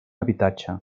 habitatge